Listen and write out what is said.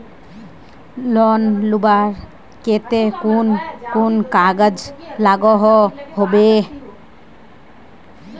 Loan लुबार केते कुन कुन कागज लागोहो होबे?